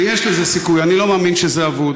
יש לזה סיכוי, אני לא מאמין שזה אבוד.